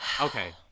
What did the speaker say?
Okay